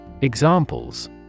Examples